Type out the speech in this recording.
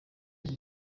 iyi